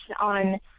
on